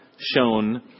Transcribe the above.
shown